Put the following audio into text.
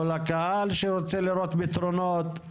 מול הקהל שרוצה לראות פתרונות,